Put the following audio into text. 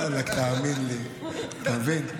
ואלכ, תאמין לי, אתה מבין?